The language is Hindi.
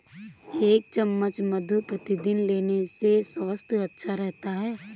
एक चम्मच मधु प्रतिदिन लेने से स्वास्थ्य अच्छा रहता है